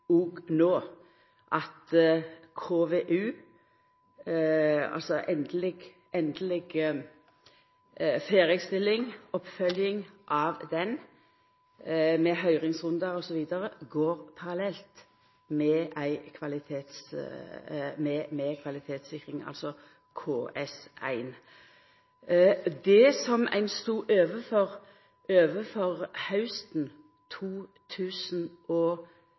at KVU – altså endeleg ferdigstilling, oppfølging av utgreiinga, med høyringsrundar osv. – går parallelt med kvalitetssikring, altså KS1. Det som ein stod overfor hausten